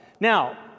Now